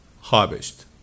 harvest